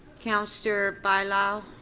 councillor bailao.